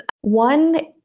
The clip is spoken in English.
One